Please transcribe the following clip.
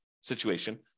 situation